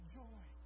joy